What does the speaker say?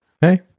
Hey